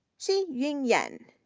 shih yun yen,